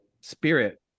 spirit